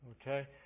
Okay